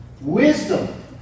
Wisdom